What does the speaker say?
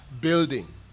building